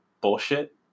bullshit